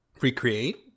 Recreate